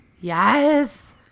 yes